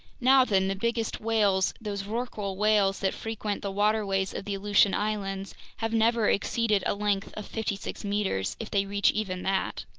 now then, the biggest whales, those rorqual whales that frequent the waterways of the aleutian islands, have never exceeded a length of fifty six meters if they reach even that.